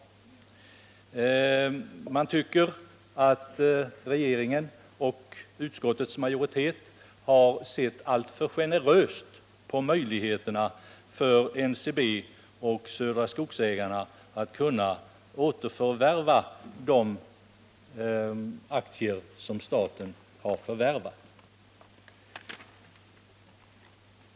Reservanterna tycker att regeringen och utskottets majoritet har sett alltför generöst på möjligheterna för NCB och Södra Skogsägarna att återförvärva de aktier som staten har förvärvat.